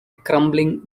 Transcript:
crumbling